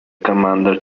commander